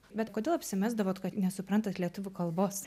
bet kodėl apsimesdavot kad nesuprantat lietuvių kalbos